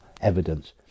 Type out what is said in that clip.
evidence